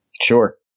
Sure